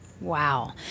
wow